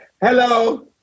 Hello